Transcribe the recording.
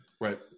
Right